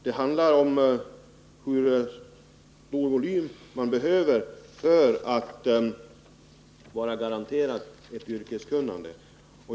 Det handlar om hur långt man behöver gå i fråga om åtgärder för att garantera ett yrkeskunnande.